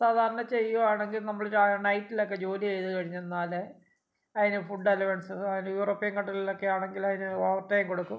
സാധാരണ ചെയ്യുകയാണെങ്കിൽ നമ്മൾ നൈറ്റിലൊക്കെ ജോലി ചെയ്തു കഴിഞ്ഞെന്നാൽ അതിന് ഫുഡ് അലവൻസസും യൂറോപ്യൻ കണ്ട്രീകളിലൊക്കെ ആണെങ്കിൽ അതിന് ഓവർ ടൈം കൊടുക്കും